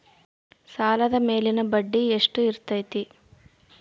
ಸಾಲದ ಮೇಲಿನ ಬಡ್ಡಿ ಎಷ್ಟು ಇರ್ತೈತೆ?